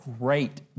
great